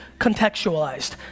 contextualized